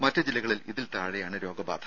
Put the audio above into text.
മറ്റു ജില്ലകളിൽ ഇതിൽ താഴെയാണ് രോഗബാധ